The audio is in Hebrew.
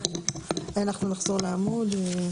אנחנו נחזור לעמוד.